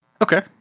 okay